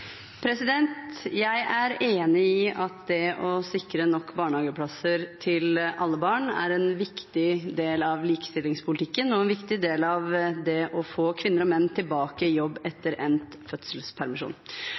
Jeg er enig i at det å sikre nok barnehageplasser til alle barn er en viktig del av likestillingspolitikken og en viktig del av det å få kvinner og menn tilbake i jobb